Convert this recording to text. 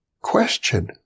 question